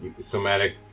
Somatic